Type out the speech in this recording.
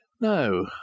No